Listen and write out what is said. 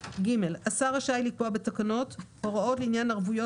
(ג)השר רשאי לקבוע בתקנות (1)הוראות לעניין ערבויות